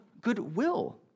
goodwill